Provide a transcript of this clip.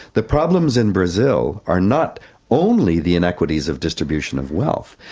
the problems in brazil are not only the inequities of distribution of wealth,